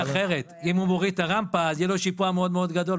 אחרת: אם הוא מוריד את הרמפה אז יהיה לו שיפוע מאוד-מאוד גדול,